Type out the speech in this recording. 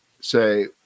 say